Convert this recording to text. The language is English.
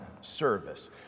service